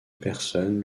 personnes